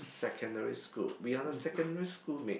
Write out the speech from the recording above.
secondary school we are the secondary school mate